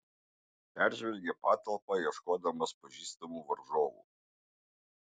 peržvelgė patalpą ieškodamas pažįstamų varžovų